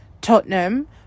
tottenham